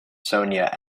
sonia